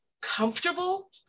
comfortable